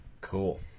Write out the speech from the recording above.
Cool